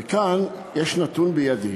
וכאן יש בידי